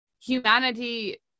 humanity